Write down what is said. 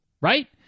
Right